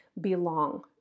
belong